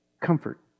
Comfort